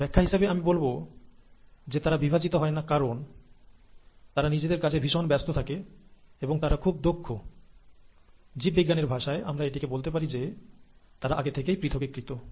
ব্যাখ্যা হিসেবে আমি বলব যে তারা বিভাজিত হয় না কারণ তারা নিজেদের কাজে ভীষণ ব্যস্ত থাকে এবং তারা খুব দক্ষ জীব বিজ্ঞানের ভাষায় আমরা এটিকে বলতে পারি যে তারা আগে থেকেই 'ডিফারেনশিয়েটড'